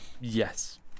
Yes